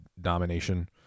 domination